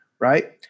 right